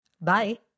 Bye